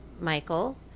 michael